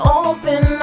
open